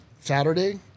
Saturday